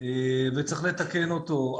וצריך לתקן אותו,